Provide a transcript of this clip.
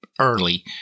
early